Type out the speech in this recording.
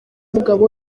umugabo